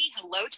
Hello